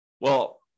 well-